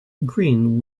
green